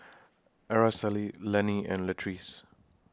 Araceli Lenny and Latrice